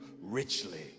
richly